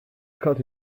caught